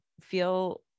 feel